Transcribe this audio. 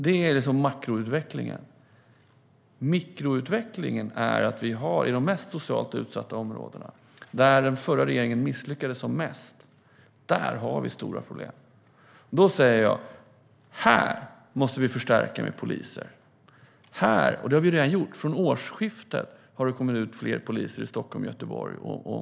Det är makroutvecklingen. Mikroutvecklingen är att vi har stora problem i de mest socialt utsatta områdena, där den förra regeringen misslyckades som mest. Då säger jag: Här måste vi förstärka med poliser - och det har vi redan gjort. Från årsskiftet har det kommit ut fler poliser i Stockholm, Göteborg och Malmö.